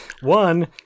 One